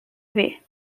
ver